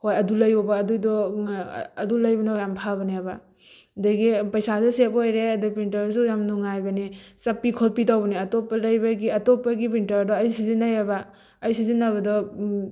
ꯍꯣꯏ ꯑꯗꯣ ꯂꯩꯌꯣꯕ ꯑꯗꯨꯗꯣ ꯑꯗꯨ ꯂꯩꯕꯅ ꯌꯥꯝ ꯐꯕꯅꯦꯕ ꯑꯗꯒꯤ ꯄꯩꯁꯥꯁꯨ ꯁꯦꯞ ꯑꯣꯏꯔꯦ ꯑꯗꯨ ꯄ꯭ꯔꯤꯟꯇꯔꯁꯨ ꯌꯥꯝ ꯅꯨꯡꯉꯥꯏꯕꯅꯦ ꯆꯞꯄꯤ ꯈꯣꯠꯄꯤ ꯇꯧꯕꯅꯤ ꯑꯇꯣꯞꯄ ꯂꯩꯕꯒꯤ ꯑꯇꯣꯞꯄꯒꯤ ꯄ꯭ꯔꯤꯟꯇꯔꯗꯣ ꯑꯩ ꯁꯤꯖꯤꯟꯅꯩꯌꯦꯕ ꯑꯩ ꯁꯤꯖꯤꯟꯅꯕꯗꯣ